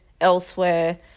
elsewhere